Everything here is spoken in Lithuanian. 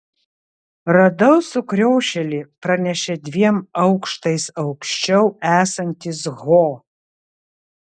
radau sukriošėlį pranešė dviem aukštais aukščiau esantis ho